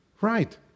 Right